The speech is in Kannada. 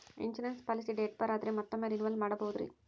ಇನ್ಸೂರೆನ್ಸ್ ಪಾಲಿಸಿ ಡೇಟ್ ಬಾರ್ ಆದರೆ ಮತ್ತೊಮ್ಮೆ ರಿನಿವಲ್ ಮಾಡಬಹುದ್ರಿ?